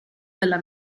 della